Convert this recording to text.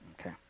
Okay